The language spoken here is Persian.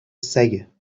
سگه